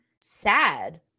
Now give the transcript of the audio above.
sad